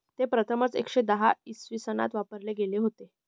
ते प्रथमच एकशे दहा इसवी सनात वापरले गेले होते